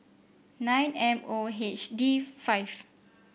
nine M O H D five